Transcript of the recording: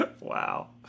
Wow